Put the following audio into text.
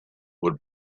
would